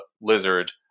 lizard